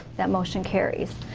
that motion carries.